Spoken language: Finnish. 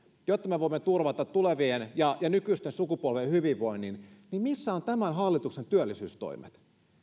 jotta me voimme turvata tulevien ja nykyisten sukupolvien hyvinvoinnin niin missä ovat tämän hallituksen työllisyystoimet